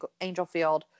Angelfield